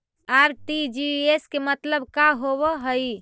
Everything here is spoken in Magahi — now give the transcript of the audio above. आर.टी.जी.एस के मतलब का होव हई?